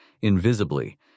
invisibly